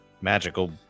magical